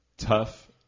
tough